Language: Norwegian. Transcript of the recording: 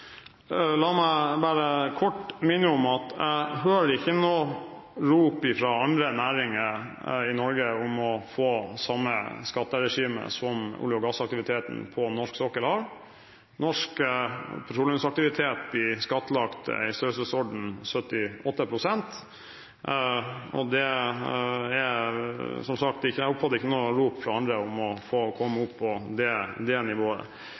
La meg bare kort minne om at jeg ikke hører noen rop fra andre næringer i Norge om å få det samme skatteregimet som olje- og gassaktiviteten på norsk sokkel har. Norsk petroleumsaktivitet blir skattlagt i størrelsesordenen 78 pst., og jeg oppfatter som sagt ikke noen rop fra andre om å komme opp på det nivået.